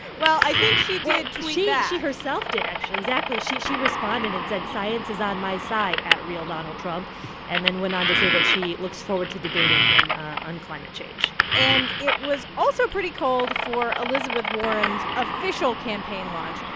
well, i think she did tweet that she yeah herself did, actually. exactly. she she responded and said, science is on my side at realdonaldtrump and then went on to say that she looks forward to debating him on climate change and it was also pretty cold for elizabeth warren's official campaign launch.